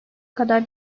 kadar